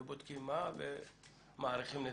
ובודקים מה ומעריכים נזקים,